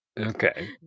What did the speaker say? Okay